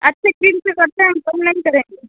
अच्छे क्रीम से करते हैं हम कम नहीं करेंगे